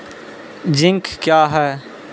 Zinc क्या हैं?